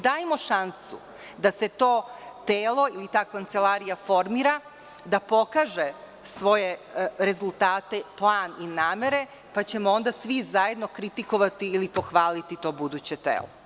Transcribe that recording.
Dajmo šansu da se to telo ili ta kancelarija formira, da pokaže svoje rezultate, plan i namere, pa ćemo onda svi zajedno kritikovati ili pohvaliti to buduće telo.